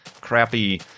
crappy